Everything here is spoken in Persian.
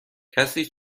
کسی